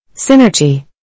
Synergy